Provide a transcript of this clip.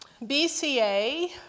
BCA